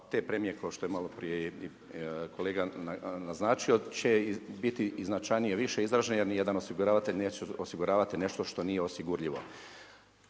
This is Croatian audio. te premije kao što je malo prije kolega naznačio će biti i značajnije više izražene jer niti jedan osiguravatelj neće osiguravati nešto što nije osigurljivo.